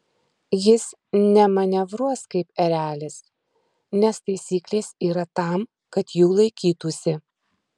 jis nemanevruos kaip erelis nes taisyklės yra tam kad jų laikytųsi